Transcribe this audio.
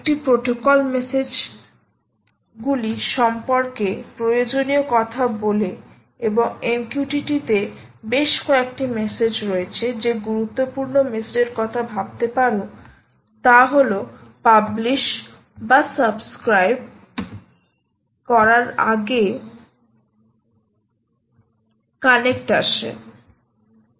একটি protocol message গুলি সম্পর্কে প্রয়োজনীয় কথা বলে এবং MQTT তে বেশ কয়েকটি মেসেজ রয়েছে যে গুরুত্বপূর্ণ মেসেজ এর কথা ভাবতে পারো তা হল কোনও পাবলিশ বা সাবস্ক্রাইব করার আগে কানেক্ট আসে